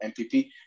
MPP